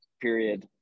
period